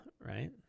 Right